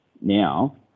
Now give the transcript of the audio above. now